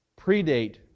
predate